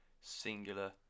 singular